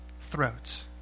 throats